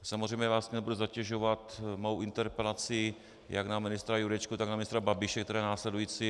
Samozřejmě vás nebudu zatěžovat svou interpelací jak na ministra Jurečku, tak na ministra Babiše, která je následující.